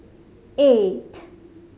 eight